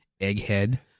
egghead